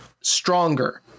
Stronger